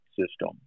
system